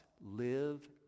live